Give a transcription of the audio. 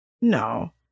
No